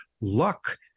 luck